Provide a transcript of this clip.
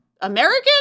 American